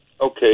Okay